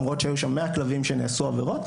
למרות שהיו שם מאה כלבים כשנעשו העבירות,